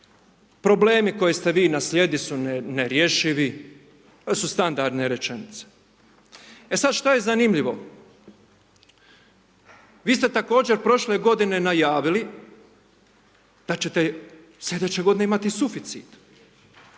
Problemi koje ste vi naslijedili su nerješivi, to su standardne rečenice. E sad, šta je zanimljivo? Vi ste također prošle godine najavili da ćete slijedeće godine imati suficit.